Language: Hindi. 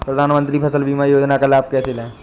प्रधानमंत्री फसल बीमा योजना का लाभ कैसे लें?